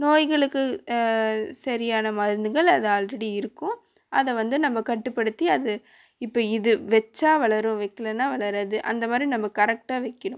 நோய்களுக்கு சரியான மருந்துகள் அது ஆல்ரெடி இருக்கும் அதை வந்து நம்ம கட்டுப்படுத்தி அது இப்போ இது வச்சா வளரும் வைக்கலன்னா வளராது அந்த மாதிரி நம்ம கரெக்டாக வைக்கணும்